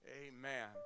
Amen